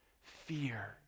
Fear